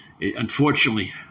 Unfortunately